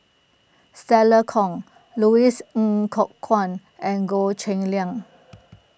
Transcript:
Stella Kon Louis N Kok Kwang and Goh Cheng Liang